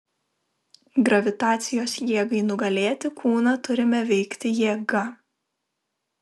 gravitacijos jėgai nugalėti kūną turime veikti jėga